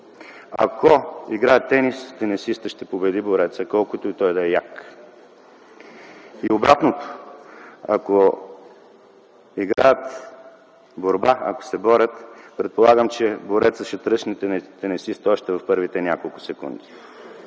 Ако играят тенис, тенисистът ще победи борецът, колкото и той да е як. И обратното – ако играят борба, ако се борят, предполагам, че борецът ще тръшне тенисиста още в първите няколко секунди.